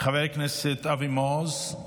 חבר הכנסת אבי מעוז,